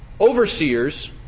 overseers